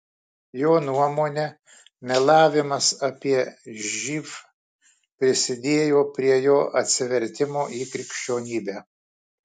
jo nuomone melavimas apie živ prisidėjo prie jo atsivertimo į krikščionybę